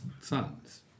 sons